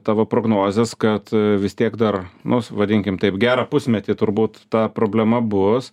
tavo prognozes kad vis tiek dar nu vadinkim taip gerą pusmetį turbūt ta problema bus